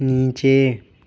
نیچے